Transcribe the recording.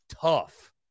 tough